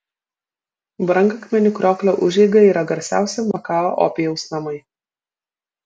brangakmenių krioklio užeiga yra garsiausi makao opijaus namai